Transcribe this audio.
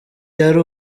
yari